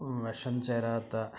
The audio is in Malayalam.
വിഷം ചേരാത്ത